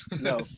No